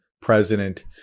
president